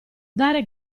dare